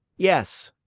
yes.